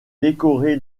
décoré